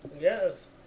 Yes